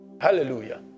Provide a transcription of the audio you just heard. Hallelujah